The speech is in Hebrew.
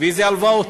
ואיזה הלוואות?